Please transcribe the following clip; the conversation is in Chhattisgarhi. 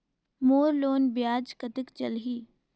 मोर लोन ब्याज कतेक चलही?